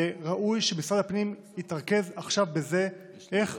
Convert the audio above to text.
ראוי שמשרד הפנים יתרכז עכשיו בזה: איך